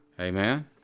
Amen